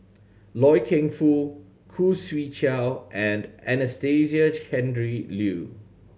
Loy Keng Foo Khoo Swee Chiow and Anastasia Tjendri Liew